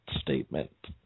statement